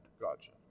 gotcha